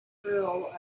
rule